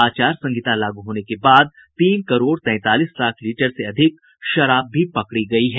आचार संहिता लागू होने के बाद तीन करोड़ तैंतालीस लाख लीटर से अधिक शराब भी पकड़ी गयी है